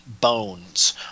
bones